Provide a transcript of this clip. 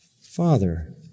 Father